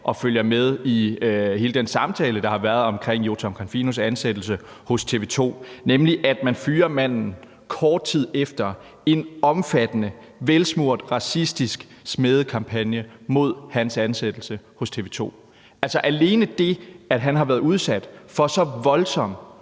har fulgt med i hele den samtale, der har været omkring Jotam Confinos ansættelse hos TV 2, nemlig at man fyrer manden kort tid efter en omfattende, velsmurt racistisk smædekampagne mod hans ansættelse hos TV 2. Altså, alene det, at han har været udsat for en så voldsom